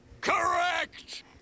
Correct